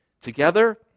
together